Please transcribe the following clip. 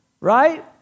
Right